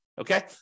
okay